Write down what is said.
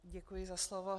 Děkuji za slovo.